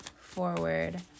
forward